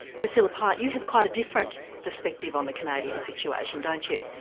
priscilla pyett, you have quite a different perspective on the canadian situation don't you?